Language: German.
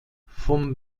vom